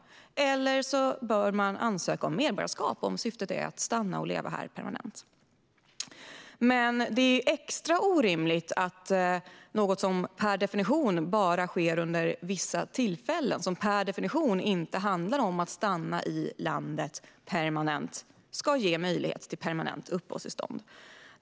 Eller så är syftet att stanna och leva här permanent, och då ska man ansöka om medborgarskap. Det är extra orimligt att något som per definition bara sker vid vissa tillfällen och som per definition inte handlar om att stanna i landet permanent ska ge möjlighet till permanent uppehållstillstånd.